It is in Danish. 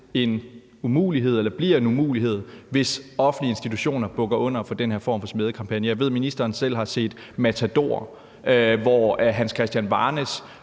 en umulighed eller bliver en umulighed, hvis offentlige institutioner bukker under for den her form for smædekampagner. Jeg ved, ministeren selv har set »Matador«, hvor Hans Christian Varnæs